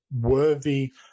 worthy